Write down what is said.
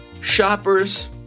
Shoppers